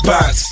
Box